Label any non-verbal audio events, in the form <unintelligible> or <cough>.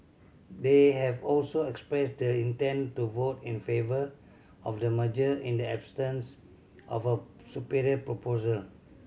they have also expressed the intent to vote in favour of the merger in the <unintelligible> of a superior proposal